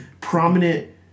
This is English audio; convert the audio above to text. prominent